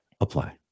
apply